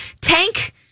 tank